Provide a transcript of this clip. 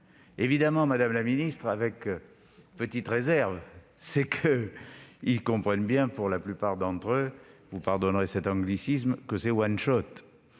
Évidemment, madame la ministre, avec une petite réserve : ils comprennent bien, pour la plupart d'entre eux, vous pardonnerez l'anglicisme, que c'est une aide,